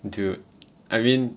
dude I mean